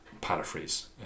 paraphrase